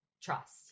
trust